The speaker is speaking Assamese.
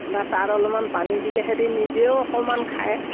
বা তাত অলপমান পানী দিলে সিহঁতে নিজেও অকণমান খায়